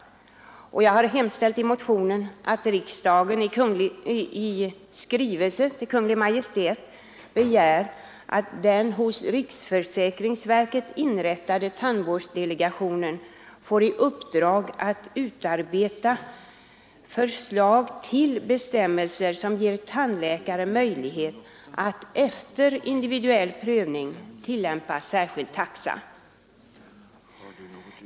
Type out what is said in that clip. I motionen har jag hemställt ”att riksdagen i skrivelse till Kungl. Maj:t begär att den hos riksförsäkringsverket inrättade tandvårdsdelegationen får i uppdrag att utarbeta förslag till bestämmelser som ger tandläkare möjlighet att efter individuell prövning tillämpa särskild taxa”.